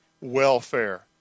welfare